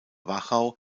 wachau